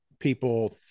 people